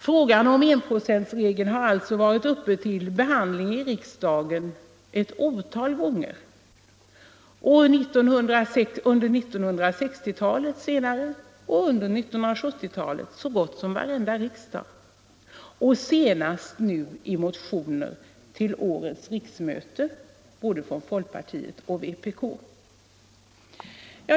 Frågan om enprocentsregeln har alltså varit uppe till behandling i riksdagen ett otal gånger: under 1960-talets senare år och under 1970-talet vid så gott som varenda riksdag, 133 och senast nu i motioner till årets riksmöte, både från folkpartiet och vpk.